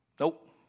Nope